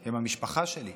הם המשפחה שלי.